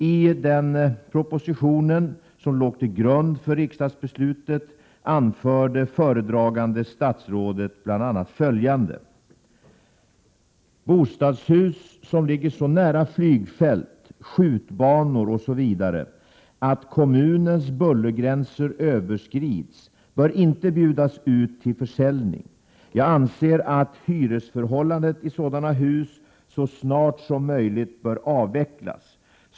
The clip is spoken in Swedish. I den proposition som låg till grund för riksdagsbeslutet anförde föredragande statsrådet bl.a. följande: ”Bostadshus som ligger så nära flygfält, skjutbanor osv. att kommunens bullergränser överskrids bör inte bjudas ut till försäljning. Jag anser att hyresförhållandet i sådana hus så snart som möjligt bör avvecklas.